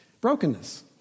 brokenness